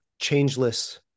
changeless